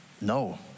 no